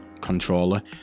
controller